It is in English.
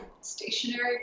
stationary